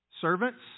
servants